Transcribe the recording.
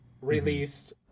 released